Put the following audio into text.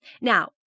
Now